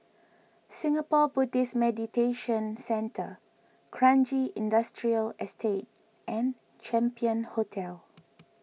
Singapore Buddhist Meditation Centre Kranji Industrial Estate and Champion Hotel